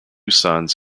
sons